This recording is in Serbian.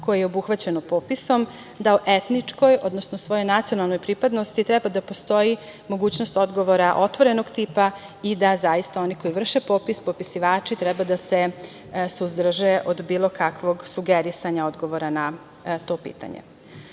koje je obuhvaćeno popisom da o etničkoj, odnosno svojoj nacionalnoj pripadnosti treba da postoji mogućnost odgovora otvorenog tipa i da zaista oni koji vrše popis, popisivači treba da se suzdrže od bilo kakvog sugerisanja odgovora na to pitanje.U